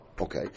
Okay